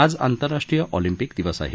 आज आंतरराष्ट्रीय ऑलिंपिक दिवस आहे